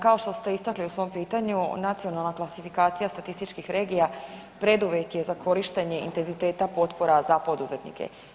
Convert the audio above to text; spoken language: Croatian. Kao što ste istakli u svom pitanju, nacionalna klasifikacija statističkih regija preduvjet je za korištenje intenziteta potpora za poduzetnike.